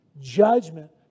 judgment